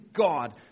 God